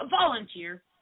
Volunteer